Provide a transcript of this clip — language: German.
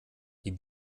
die